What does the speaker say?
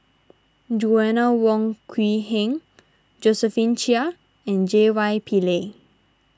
Joanna Wong Quee Heng Josephine Chia and J Y Pillay